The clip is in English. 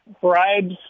bribes